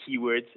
keywords